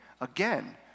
again